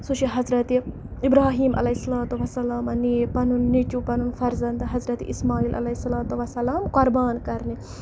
سُہ چھِ حضرتِ اِبراہیٖم علیہِ سَلات وَسَلامَن نِیے پَنُن نیٚچیوٗ پَنُن فرزںٛد حضرتِ اسماعیٖل علیہِ سَلات وَسلام قۄربان کَرنہِ